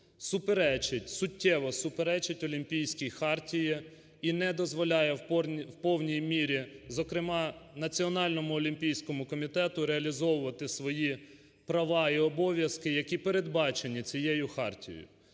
суперечить, суттєво суперечить олімпійській хартії і не дозволяє в повній мірі, зокрема, Національному олімпійському комітету реалізовувати свої права і обов'язки, які передбачені цією хартією.